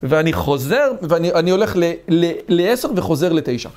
ואני חוזר, ואני הולך לעשר וחוזר לתשע.